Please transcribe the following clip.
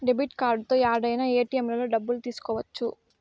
debit కార్డుతో యాడైనా ఏటిఎంలలో డబ్బులు తీసుకోవచ్చు